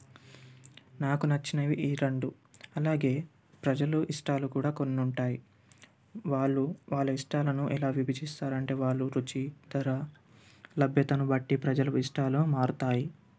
నాకు నచ్చినవి ఈ రెండు అలాగే ప్రజలు ఇష్టాలు కూడా కొన్ని ఉంటాయి వాళ్ళు వాళ్ళ ఇష్టాలను ఎలా విభజిస్తారు అంటే వాళ్ళు రుచి ధర లభ్యతను బట్టి ప్రజల ఇష్టాలు మారుతాయి